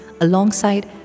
alongside